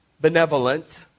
benevolent